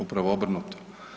Upravo obrnuto.